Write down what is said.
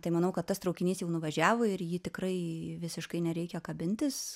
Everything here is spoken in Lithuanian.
tai manau kad tas traukinys jau nuvažiavo ir į jį tikrai visiškai nereikia kabintis